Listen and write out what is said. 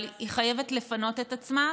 אבל היא חייבת לפנות את עצמה,